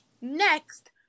Next